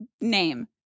Name